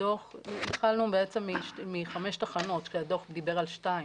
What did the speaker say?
התחלנו מחמש תחנות כשהדוח דיבר על שתיים,